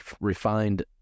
refined